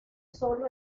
sólo